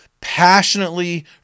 passionately